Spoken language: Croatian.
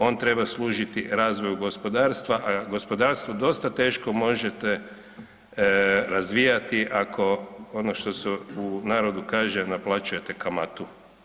On treba služiti razvoju gospodarstva, a gospodarstvo dosta teško možete razvijati ako, ono što se u narodu kaže naplaćujete kamatu.